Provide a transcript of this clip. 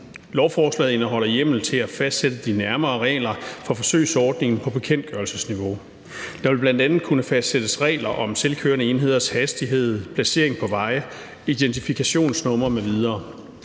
Lovforslaget indeholder hjemmel til at fastsætte de nærmere regler for forsøgsordningen på bekendtgørelsesniveau. Der vil bl.a. kunne fastsættes regler om selvkørende enheders hastighed, placering på veje, identifikationsnummer m.v.